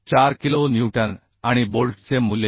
5 kilo newton आणि बोल्टचे मूल्य 74